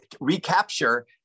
recapture